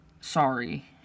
Sorry